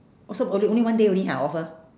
oh so only only one day only ha offer